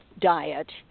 diet